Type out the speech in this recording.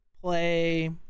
play